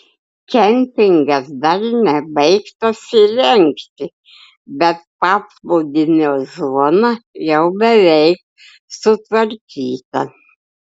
kempingas dar nebaigtas įrengti bet paplūdimio zona jau beveik sutvarkyta